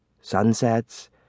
sunsets